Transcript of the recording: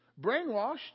brainwashed